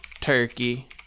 Turkey